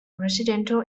residential